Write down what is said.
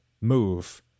move